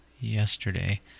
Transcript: yesterday